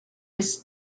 his